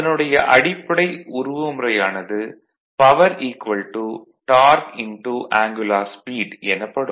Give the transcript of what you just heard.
அதனுடைய அடிப்படை உறவுமுறையானது பவர் டார்க் ஆங்குலார் ஸ்பீடு எனப்படும்